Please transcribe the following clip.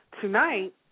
Tonight